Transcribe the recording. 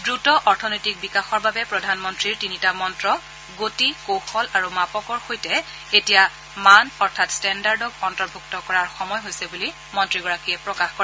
দ্ৰুত অৰ্থনৈতিক বিকাশৰ বাবে প্ৰধানমন্ত্ৰীৰ তিনিটা মন্ন গতি কৌশল আৰু মাপকৰ সৈতে এতিয়া মান অৰ্থাৎ ট্টেণ্ডাৰ্ডক অন্তৰ্ভুক্ত কৰাৰ সময় হৈছে বুলি মন্ত্ৰীগৰাকীয়ে প্ৰকাশ কৰে